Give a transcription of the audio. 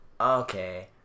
okay